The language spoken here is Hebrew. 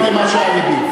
אני אמרתי מה שעל לבי.